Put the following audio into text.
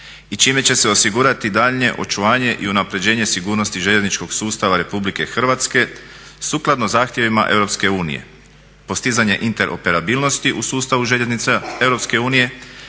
i čime će se osigurati daljnje očuvanje i unaprjeđenje sigurnosti željezničkog sustava RH sukladno zahtjevima EU, postizanje interoperabilnost u sustavu željeznica EU